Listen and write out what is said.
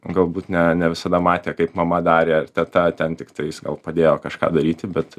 galbūt ne ne visada matė kaip mama darė ar teta ten tiktais gal padėjo kažką daryti bet